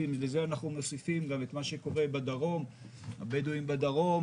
ולזה אנחנו מוסיפים גם את מה שקורה עם הבדואים בדרום,